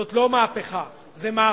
זאת לא מהפכה, זה מהפך.